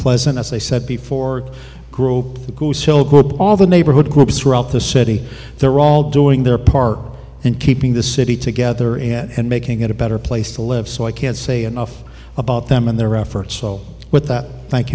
pleasant as i said before groups all the neighborhood groups throughout the city they're all doing their part and keeping the city together and making it a better place to live so i can't say enough about them and their efforts so with that thank